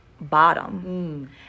bottom